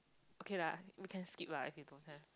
okay lah we can skip lah if you don't have